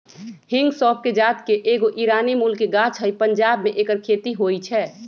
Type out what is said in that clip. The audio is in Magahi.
हिंग सौफ़ कें जात के एगो ईरानी मूल के गाछ हइ पंजाब में ऐकर खेती होई छै